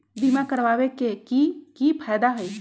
बीमा करबाबे के कि कि फायदा हई?